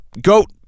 Goat